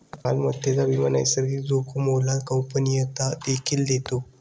मालमत्तेचा विमा नैसर्गिक जोखामोला गोपनीयता देखील देतो